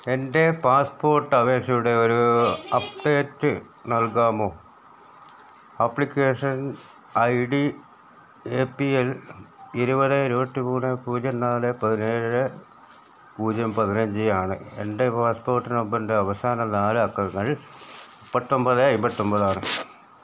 എൻ്റെ പാസ്പോട്ട് അപേക്ഷയുടെ ഒരു അപ്ഡേറ്റ് നൽകാമോ application I D A P L ഇരുപത് ഇരുപത്തിമൂന്ന് പൂജ്യം നാല് പതിനേഴ് പൂജ്യം പതിനഞ്ച് ആണ് എൻ്റെ പാസ്പോട്ട് നമ്പറിൻ്റെ അവസാന നാലക്കങ്ങൾ മുപ്പത്തൊമ്പത് അമ്പത്തൊമ്പതാണ്